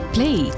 Play